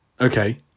Okay